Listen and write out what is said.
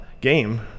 game